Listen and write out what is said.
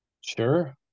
Sure